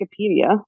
Wikipedia